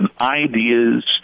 ideas